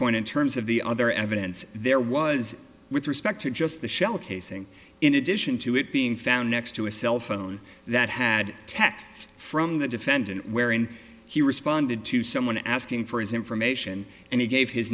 point in terms of the other evidence there was with respect to just the shell casing in addition to it being found next to a cell phone that had texts from the defendant wherein he responded to someone asking for his information and he gave his